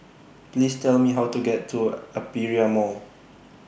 Please Tell Me How to get to Aperia Mall